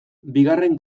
bigarren